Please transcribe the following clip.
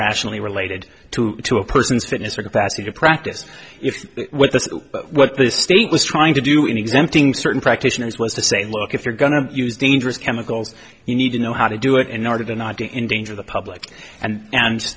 rationally related to to a person's fitness or capacity to practice if that's what the state was trying to do in exempting certain practitioners was to say look if you're going to use dangerous chemicals you need to know how to do it in order to not be in danger the public and and